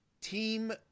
Team